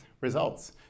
results